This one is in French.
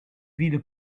ville